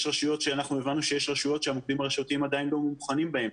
אנחנו הבנו שיש רשויות שהמוקדים הרשותיים עדיין לא מוכנים בהם.